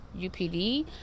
upd